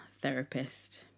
therapist